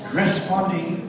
responding